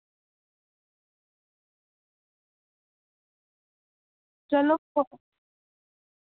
चलो को